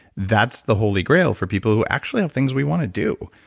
that's the holy grail for people who actually have things we want to do.